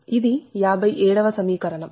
ఇది 57 వ సమీకరణం